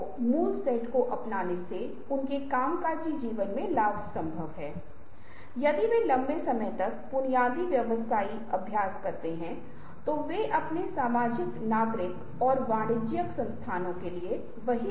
वे दोनों उड़ते हैं उनके पास दोनों पंख हैं वे दोनों बिना उतरे लंबे समय तक यात्रा कर सकते हैं दोनों समझ सकते हैं कि वे कहाँ जा रहे हैं लेकिन वे समान नहीं हैं क्योकि उनके पास अलग अलग साधन हैं अलग अलग चीजों से बने हैं